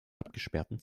abgesperrten